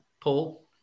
Paul